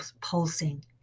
pulsing